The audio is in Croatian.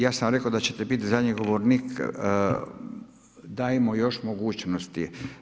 Ja sam rekao, da ćete biti zadnji govornik, dajemo još mogućnosti.